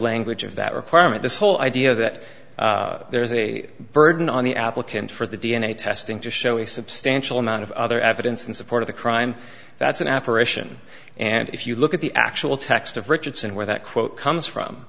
language of that requirement this whole idea that there is a burden on the applicant for the d n a testing to show a substantial amount of other evidence in support of the crime that's an apparition and if you look at the actual text of richardson where that quote comes from